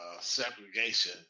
segregation